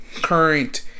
current